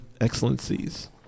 excellencies